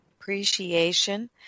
appreciation